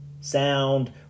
sound